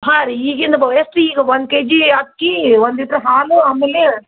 ಹಾಂ ರೀ ಈಗಿನ ಬ ಎಷ್ಟು ಈಗ ಒನ್ ಕೆ ಜಿ ಅಕ್ಕಿ ಒನ್ ಲೀಟ್ರು ಹಾಲು ಆಮೇಲೆ